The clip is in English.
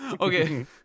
Okay